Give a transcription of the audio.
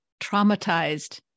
traumatized